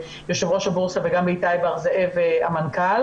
יושב-הראש הבורסה וגם איתי בר זאב המנכ"ל,